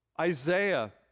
Isaiah